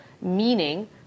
meaning